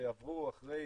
כשעברו אחרי